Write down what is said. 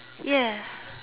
ya